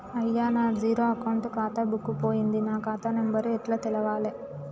అయ్యా నా zero account ఖాతా బుక్కు పోయింది నా ఖాతా నెంబరు ఎట్ల తెలవాలే?